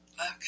Okay